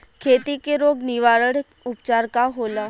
खेती के रोग निवारण उपचार का होला?